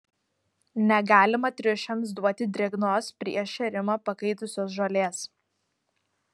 negalima triušiams duoti drėgnos prieš šėrimą pakaitusios žolės